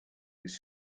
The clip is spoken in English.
his